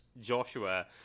Joshua